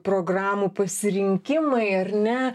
programų pasirinkimai ar ne